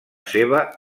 seva